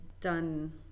done